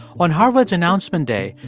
on harvard's announcement day,